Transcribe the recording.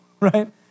right